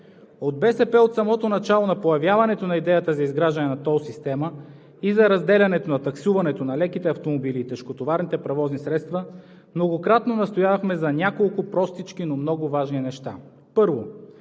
От БСП от самото начало на появяването на идеята за изграждане на тол система и за разделянето на таксуването на леките автомобили и тежкотоварните превозни средства многократно настоявахме за няколко простички, но много важни неща: Първо,